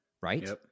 right